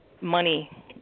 money